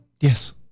Yes